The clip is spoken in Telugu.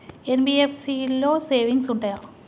ఎన్.బి.ఎఫ్.సి లో సేవింగ్స్ ఉంటయా?